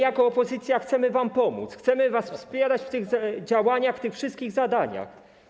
Jako opozycja chcemy wam pomóc, chcemy was wspierać w tych działaniach, w tych wszystkich zadaniach.